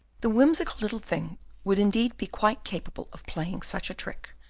the whimsical little thing would indeed be quite capable of playing such a trick,